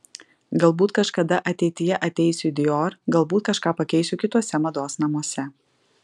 galbūt kažkada ateityje ateisiu į dior galbūt kažką pakeisiu kituose mados namuose